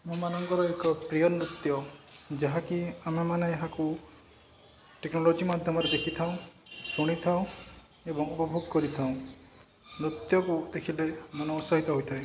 ଆମାନଙ୍କର ଏକ ପ୍ରିୟ ନୃତ୍ୟ ଯାହାକି ଆମେମାନେ ଏହାକୁ ଟେକ୍ନୋଲୋଜି ମାଧ୍ୟମରେ ଦେଖିଥାଉଁ ଶୁଣିଥାଉଁ ଏବଂ ଉପଭୋଗ କରିଥାଉଁ ନୃତ୍ୟକୁ ଦେଖିଲେ ମନ ଉତ୍ସାହିତ ହୋଇଥାଏ